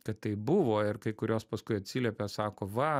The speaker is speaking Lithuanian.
kad taip buvo ir kai kurios paskui atsiliepė sako va